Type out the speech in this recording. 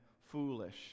foolish